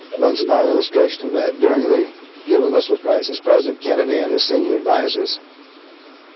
one small illustration of that. during the given missile crisis, president kennedy and his senior advisors